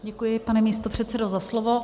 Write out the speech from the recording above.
Děkuji, pane místopředsedo, za slovo.